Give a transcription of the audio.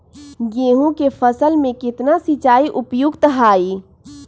गेंहू के फसल में केतना सिंचाई उपयुक्त हाइ?